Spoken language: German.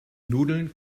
nudeln